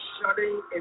shutting